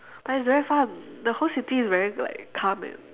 but it's very fun the whole city is very like calm and